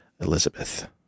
elizabeth